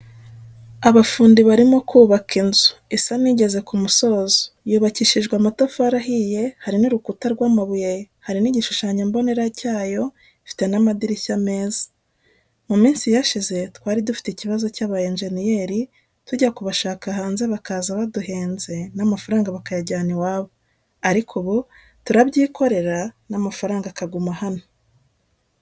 Abafundi barimo kubaka inzu isa nigeze kumusozo yubakishijwe amatafari ahiye hari n'urukuta rwamabuye hari nigishushanyo mbonera cyayo ifite namadirishya meza. muminsi yashize twari dufite ikibazo cyaba engeniyeri tujya kubashaka hanze bakaza baduhenze namafaranga bayajyana iwabo. ariko ubu turabyikorera namafaranga akaguma hano.